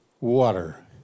water